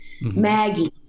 Maggie